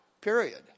Period